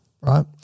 right